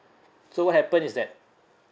so what happen is that